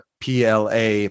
PLA